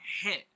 hit